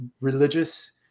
religious